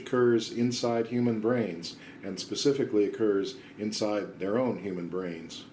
occurs inside human brains and specifically occurs inside their own human brains